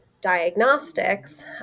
diagnostics